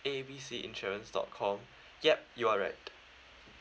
A B C insurance dot com yup you are right